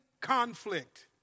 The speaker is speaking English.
conflict